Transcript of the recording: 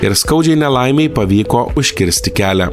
ir skaudžiai nelaimei pavyko užkirsti kelią